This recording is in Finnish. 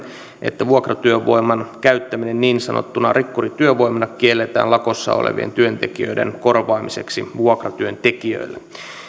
että vuokratyövoiman käyttäminen niin sanottuna rikkurityövoimana kielletään lakossa olevien työntekijöiden korvaamiseksi vuokratyöntekijöillä